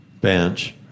bench